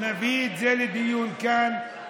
נביא את זה לדיון כאן,